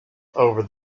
over